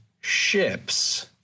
ships